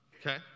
okay